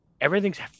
everything's